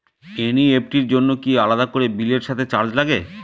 NEFT র জন্য কি আলাদা করে বিলের সাথে চার্জ লাগে?